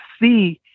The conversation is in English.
see